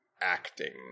acting